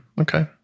Okay